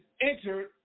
entered